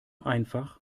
einfach